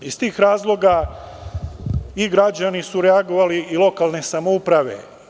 Iz tih razloga i građani su reagovali i lokalne samouprave.